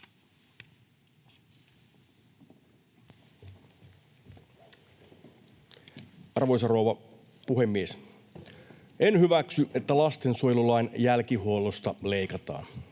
Arvoisa rouva puhemies! En hyväksy, että lastensuojelulain jälkihuollosta leikataan.